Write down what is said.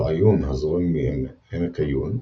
נחל עיון הזורם מעמק עיון,